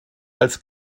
als